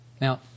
Now